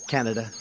Canada